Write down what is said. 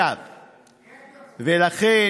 איך נצביע עם הנשמה, ולכן